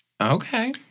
Okay